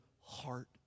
Heart